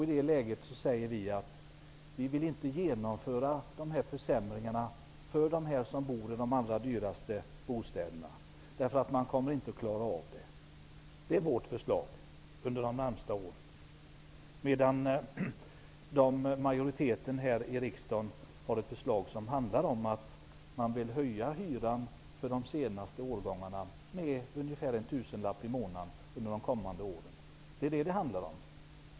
I det läget säger vi att vi inte vill genomföra de här försämringarna för dem som bor i de allra dyraste bostäderna, därför att de inte kommer att klara av det. Det är vårt förslag för de närmaste åren. Majoritetens förslag här i riksdagen handlar om att man vill höja hyran för de senaste årgångarna av bostäder med ungefär en tusenlapp i månaden under de kommande åren. Detta är vad det handlar om.